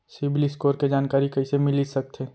CIBIL score के जानकारी कइसे मिलिस सकथे?